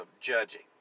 judging